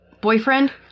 boyfriend